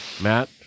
Matt